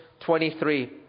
23